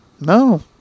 No